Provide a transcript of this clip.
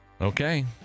Okay